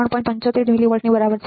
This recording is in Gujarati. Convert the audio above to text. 75 મિલીવોલ્ટની બરાબર છે